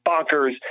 bonkers